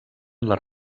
les